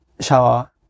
shower